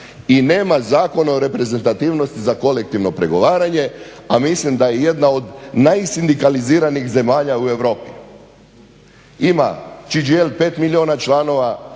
i nema Zakon o reprezentativnosti za kolektivno pregovaranje, a mislim da je jedna od najsindikaliziranih zemalja u Europi. Ima cHGL 5 milijuna članova,